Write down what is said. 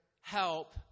help